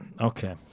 okay